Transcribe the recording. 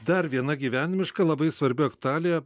dar viena gyvenimiška labai svarbi aktualija